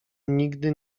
nigdy